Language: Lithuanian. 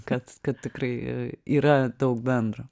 kad kad tikrai yra daug bendro